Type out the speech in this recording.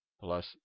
plus